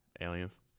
aliens